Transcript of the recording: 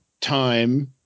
time